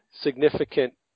significant